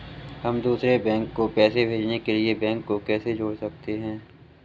हम दूसरे बैंक को पैसे भेजने के लिए बैंक को कैसे जोड़ सकते हैं?